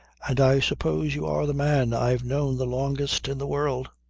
and i suppose you are the man i've known the longest in the world